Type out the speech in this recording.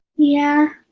yeah,